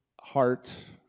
heart